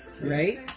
right